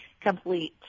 complete